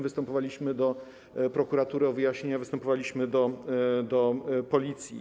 Występowaliśmy do prokuratury o wyjaśnienia, występowaliśmy do Policji.